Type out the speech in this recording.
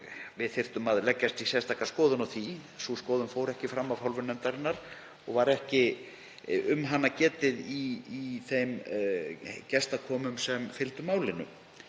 við þyrftum að leggjast í sérstaka skoðun á því. Sú skoðun fór ekki fram af hálfu nefndarinnar og var ekki um hana getið í þeim gestakomum sem fylgdu málinu.